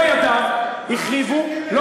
במו ידיו, החריבו, תמיד אתה נמשך לסוריה.